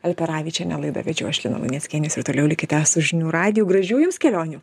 altaravičienę laidą vedžiau aš lina luneckienės ir toliau likite su žinių radiju gražių jums kelionių